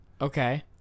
Okay